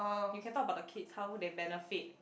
you can talk about the kids how they benefit